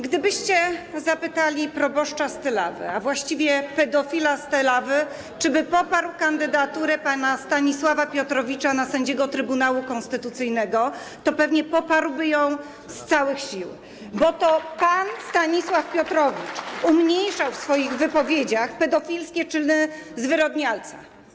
Gdybyście zapytali proboszcza z Tylawy, a właściwie pedofila z Tylawy, czy poparłby kandydaturę pana Stanisława Piotrowicza na sędziego Trybunału Konstytucyjnego, to pewnie poparłby ją z całych sił, bo to pan Stanisław Piotrowicz umniejszał w swoich wypowiedziach pedofilskie czyny zwyrodnialca.